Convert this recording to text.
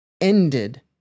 Ended